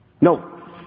No